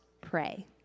pray